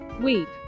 weep